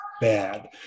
bad